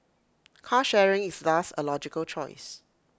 car sharing is thus A logical choice